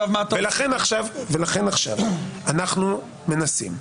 לכן עכשיו אנחנו מנסים.